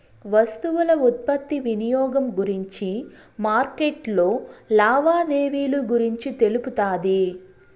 వస్తువుల ఉత్పత్తి వినియోగం గురించి మార్కెట్లో లావాదేవీలు గురించి తెలుపుతాది